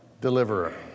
deliverer